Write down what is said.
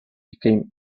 become